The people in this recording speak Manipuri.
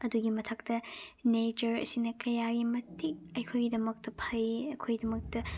ꯑꯗꯨꯒꯤ ꯃꯊꯛꯇ ꯅꯦꯆꯔ ꯑꯁꯤꯅ ꯀꯌꯥꯒꯤ ꯃꯇꯤꯛ ꯑꯩꯈꯣꯏꯒꯤꯗꯃꯛꯇ ꯐꯩ ꯑꯩꯈꯣꯏꯒꯤꯗꯃꯛꯇ